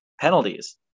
penalties